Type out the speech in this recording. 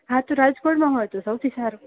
હા તો રાજકોટમાં હોય તો સૌથી સારું